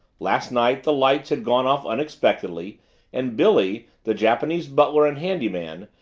last night the lights had gone off unexpectedly and billy, the japanese butler and handy man,